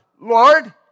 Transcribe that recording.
Lord